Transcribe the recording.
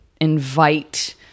invite